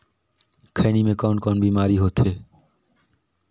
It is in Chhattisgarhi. खैनी म कौन कौन बीमारी होथे?